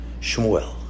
Shmuel